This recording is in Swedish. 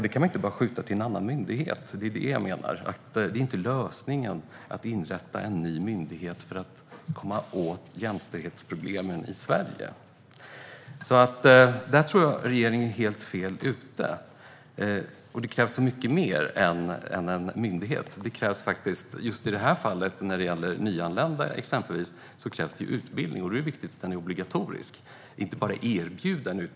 Det kan man inte bara skjuta över till en annan myndighet. Jag menar att lösningen inte är att inrätta en ny myndighet för att komma åt jämställdhetsproblemen i Sverige. Där tror jag alltså att regeringen är helt fel ute. Det krävs så mycket mer än en myndighet. I det här fallet, när det gäller nyanlända exempelvis, krävs det utbildning, och då är det viktigt att den är obligatorisk och inte bara erbjuds.